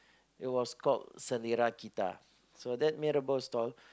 it was called Selara-Kita so that mee-rebus store